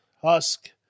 husk